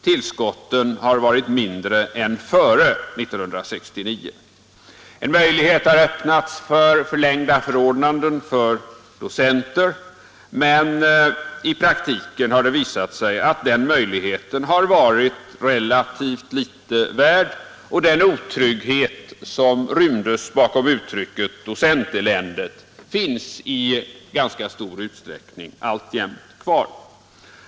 Tillskotten har varit mindre än före 1969. En möjlighet har visserligen öppnats att förlänga förordnandet för docenter, men i praktiken har det visat sig att den möjligheten är relativt litet värd, och den otrygghet som rymdes i uttrycket docenteländet finns i ganska stor utsträckning alltjämt kvar.